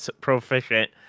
proficient